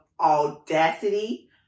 audacity